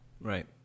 Right